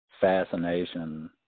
fascination